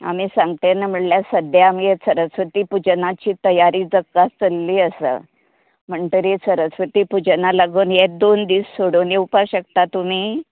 आमी सांगता तेन्ना म्हणल्यार सद्या आमगेर सरस्वती पुजनाची तयारी जकास चल्ली आसा म्हणटरी सरस्वती पुजना लागून हें दोन दीस सोडून येवपा शकता तुमी